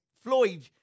Floyd